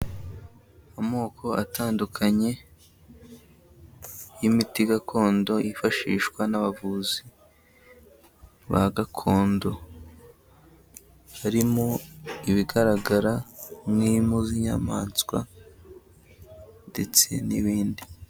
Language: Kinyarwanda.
Amoko atandukanye y'imiti gakondo yifashishwa n'abavuzi ba gakondo, harimo ibigaragara nk'impu z'inyamaswa ndetse n'ibindi.